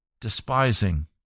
despising